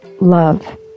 love